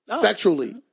Sexually